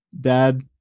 dad